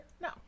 No